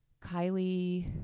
Kylie